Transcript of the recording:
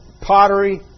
pottery